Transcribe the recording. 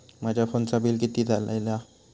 माझ्या फोनचा बिल किती इला?